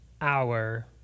hour